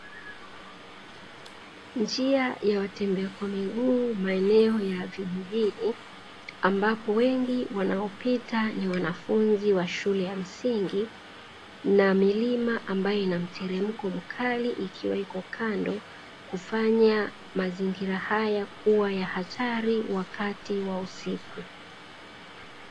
Njia ya watembea kwa miguu maeneo ya vijijini ambapo wengi wanaopita ni wanafunzi wa shule ya msingi, inamlima ambao inamteremko mkali ikiwa iko kando kufanya mazingira hayo kuwa ya hatari wakati wa usiku.